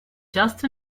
just